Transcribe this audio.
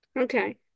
Okay